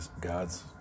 God's